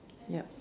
yup